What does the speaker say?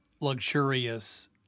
luxurious